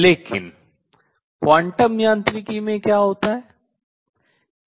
लेकिन क्वांटम यांत्रिकी में क्या होता है